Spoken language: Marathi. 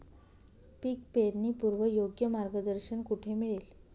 पीक पेरणीपूर्व योग्य मार्गदर्शन कुठे मिळेल?